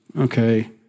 Okay